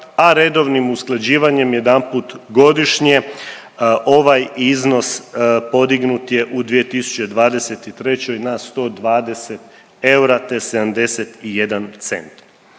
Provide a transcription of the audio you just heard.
a redovnim usklađivanjem jedanput godišnje ovaj iznos podignut je u 2023. na 120 eura, te 71 cent.